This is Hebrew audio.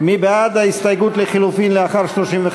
מי בעד ההסתייגות לחלופין לאחר 35?